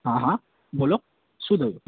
હા હા બોલો શું થયું